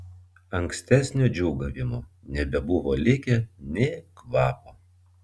ankstesnio džiūgavimo nebebuvo likę nė kvapo